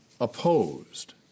opposed